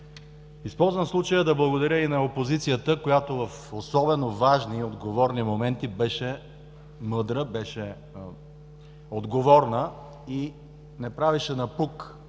Използвам случая да благодаря и на опозицията, която в особено важни и отговорни моменти беше мъдра, беше отговорна и не правеше напук